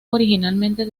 originalmente